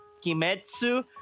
Kimetsu